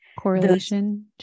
Correlation